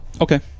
Okay